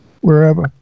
wherever